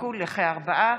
שיספיקו לארבעה